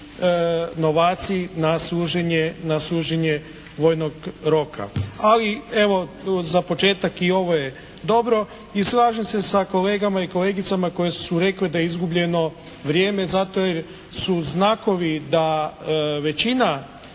novaci na služenje vojnog roka. Ali, evo, za početak i ovo je dobro. I slažem se sa kolegama i kolegicama koji su rekli da je izgubljeno vrijeme zato jer su znakovi da većina